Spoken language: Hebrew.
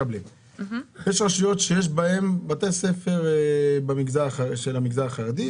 יש רשויות שיש בהן בתי ספר של המגזר החרדי,